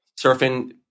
surfing